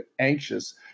anxious